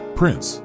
prince